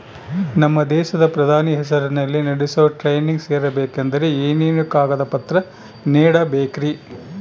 ನಮ್ಮ ದೇಶದ ಪ್ರಧಾನಿ ಹೆಸರಲ್ಲಿ ನಡೆಸೋ ಟ್ರೈನಿಂಗ್ ಸೇರಬೇಕಂದರೆ ಏನೇನು ಕಾಗದ ಪತ್ರ ನೇಡಬೇಕ್ರಿ?